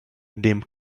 dem